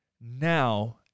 now